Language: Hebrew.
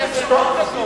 אדוני,